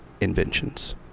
inventions